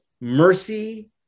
mercy